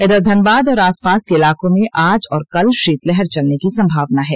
इधर धनबाद और आसपास के इलाकों में आज और कल शीतलहर चलने की संभावना है